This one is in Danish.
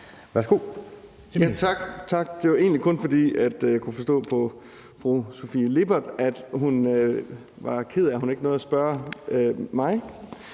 Værsgo